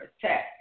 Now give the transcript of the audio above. protect